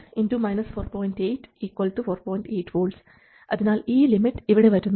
8 V അതിനാൽ ഈ limit ഇവിടെ വരുന്നു